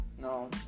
No